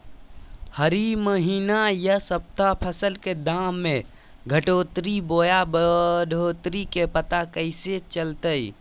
हरी महीना यह सप्ताह फसल के दाम में घटोतरी बोया बढ़ोतरी के पता कैसे चलतय?